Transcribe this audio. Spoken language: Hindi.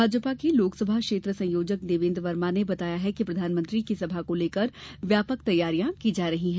भाजपा के लोकसभा क्षेत्र संयोजक देवेन्द्र वर्मा ने बताया कि प्रधानमंत्री की सभा को लेकर व्यापक तैयारियां की जा रही है